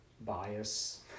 bias